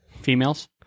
females